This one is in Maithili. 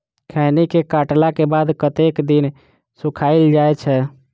खैनी केँ काटला केँ बाद कतेक दिन सुखाइल जाय छैय?